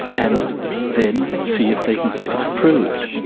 and then see if they can get it approved.